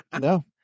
no